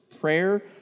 prayer